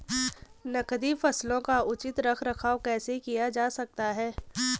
नकदी फसलों का उचित रख रखाव कैसे किया जा सकता है?